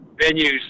venues